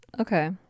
Okay